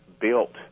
built